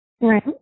Right